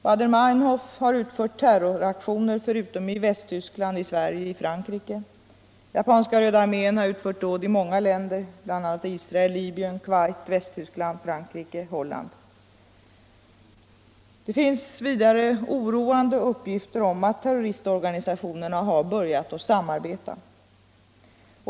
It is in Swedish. Baader-Meinhof har utfört terroraktioner förutom i Västtyskland i Sverige och Frankrike. Japanska röda armén har utfört dåd i många länder, bl.a. Israel, Libyen, Kuwait, Västtyskland, Frankrike och Holland. Det finns vidare oroande uppgifter om att terroristorganisationerna har börjat samarbeta.